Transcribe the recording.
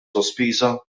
sospiża